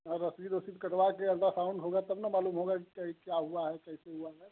अब रसीद वसीद कटवाकर अल्ट्रासाउण्ड होगा तब ना मालूम होगा क्या हुआ है कैसे हुआ है